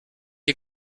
die